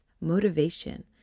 motivation